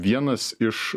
vienas iš